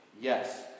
yes